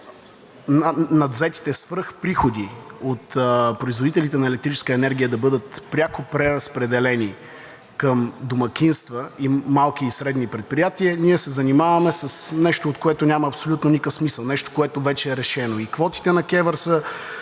и надвзетите свръхприходи от производителите на електрическа енергия да бъдат пряко преразпределени към домакинства и малки и средни предприятия, ние се занимаваме с нещо, от което няма абсолютно никакъв смисъл, нещо, което вече е решено,